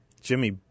Jimmy